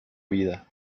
vida